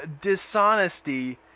dishonesty